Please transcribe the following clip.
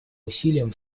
усилиям